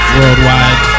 worldwide